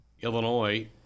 Illinois